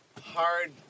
Hard